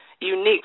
unique